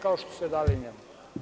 Kao što ste dali njemu!